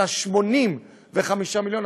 אלא 85 מיליון,